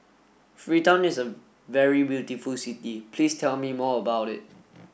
Freetown is a very beautiful city Please tell me more about it